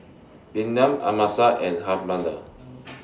Bynum Amasa and